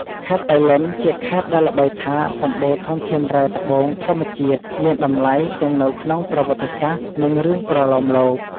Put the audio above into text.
ខេត្តប៉ៃលិនជាខេត្តដែលល្បីថា សម្បូរធនធានរ៉ែត្បូងធម្មជាតិមានតម្លៃទាំងនៅក្នុងប្រវត្តិសាស្ត្រ និងរឿងប្រលោមលោក។